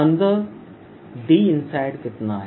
अंदर DInsde कितना है